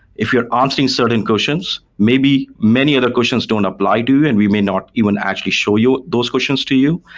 if you're answering certain questions, maybe many other questions don't apply to you and we may not even and actually show you those questions to you.